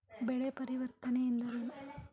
ಬೆಳೆ ಪರಿವರ್ತನೆ ಎಂದರೇನು?